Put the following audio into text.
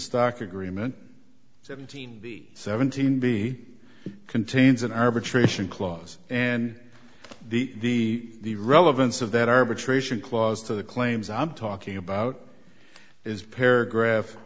stock agreement seventeen b seventeen b contains an arbitration clause and the relevance of that arbitration clause to the claims i'm talking about is paragraph